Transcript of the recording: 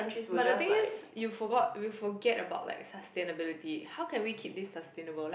but the thing is you forgot we forget about like sustainability how can we keep this sustainable like